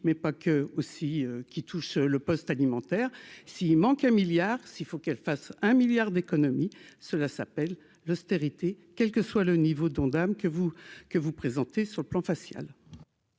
mais pas qu'eux aussi qui touche le poste alimentaire s'il manque un milliard, s'il faut qu'elle fasse un milliard d'économies, cela s'appelle l'austérité, quel que soit le niveau dont dame que vous que vous présentez sur le plan facial.